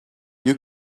you